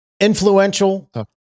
Influential